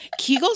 kegels